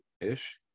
ish